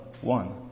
one